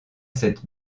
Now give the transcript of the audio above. cette